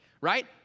right